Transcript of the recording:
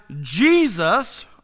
Jesus